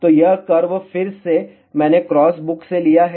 तो यह कर्व फिर से मैंने क्रॉस बुक से लिया है